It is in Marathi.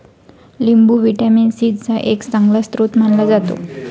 लिंबू व्हिटॅमिन सी चा एक चांगला स्रोत मानला जातो